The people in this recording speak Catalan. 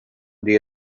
dia